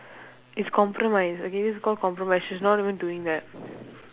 it's compromise okay it's called compromise she's not even doing that